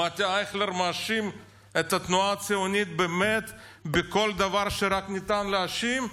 שמעתי את אייכלר מאשים את התנועה הציונית באמת בכל דבר שרק ניתן להאשים,